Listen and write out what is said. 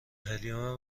هلیوم